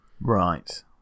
Right